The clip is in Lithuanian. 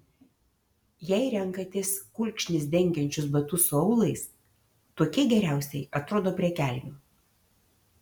jei renkatės kulkšnis dengiančius batus su aulais tokie geriausiai atrodo prie kelnių